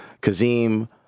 Kazim